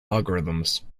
algorithms